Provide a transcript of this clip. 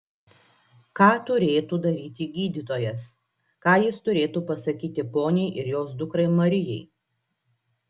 ką turėtų daryti gydytojas ką jis turėtų pasakyti poniai ir jos dukrai marijai